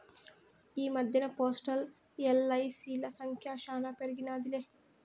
ఈ మద్దెన్న పోస్టల్, ఎల్.ఐ.సి.ల సంఖ్య శానా పెరిగినాదిలే